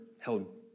held